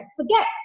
forget